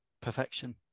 perfection